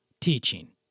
teaching